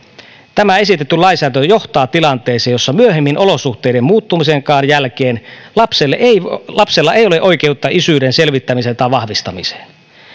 tämä esitetty lainsäädäntö johtaa tilanteisiin joissa myöhemmin olosuhteiden muuttumisenkaan jälkeen lapsella ei ole oikeutta isyyden selvittämiseen tai vahvistamiseen